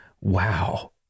wow